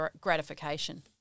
gratification